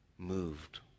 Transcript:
Moved